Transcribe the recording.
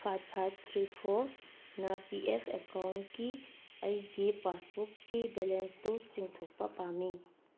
five five three ꯐꯣꯔꯅ P F ꯑꯦꯀꯥꯎꯟꯒꯤ ꯑꯩꯒꯤ ꯄꯥꯁꯕꯨꯛꯀꯤ ꯕꯦꯂꯦꯟꯁꯇꯨ ꯆꯤꯡꯊꯣꯛꯄ ꯄꯥꯝꯃꯤ